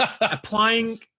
applying